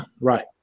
Right